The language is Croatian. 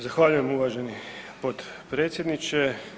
Zahvaljujem uvaženi potpredsjedniče.